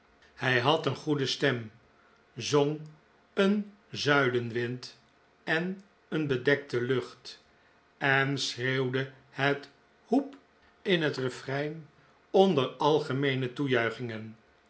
hij had een goede stem zong een zuidenwind en een bedekte lucht en schreeuwde het hoep in het refrein onder algemeene toejuichingen